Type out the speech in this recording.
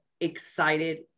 excited